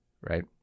right